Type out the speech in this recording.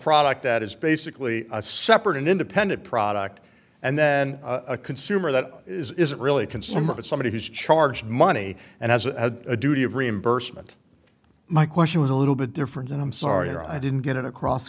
product that is basically a separate and independent product and then a consumer that isn't really a consumer but somebody who's charged money and has a duty of reimbursement my question was a little bit different and i'm sorry i didn't get it across